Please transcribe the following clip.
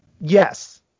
yes